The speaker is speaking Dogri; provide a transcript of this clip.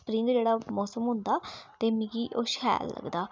स्प्रिंग जेह्ड़ा मौसम होंदा ते मिगी ओह् शैल लगदा